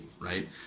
right